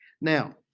Now